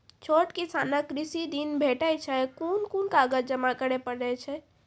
छोट किसानक कृषि ॠण भेटै छै? कून कून कागज जमा करे पड़े छै?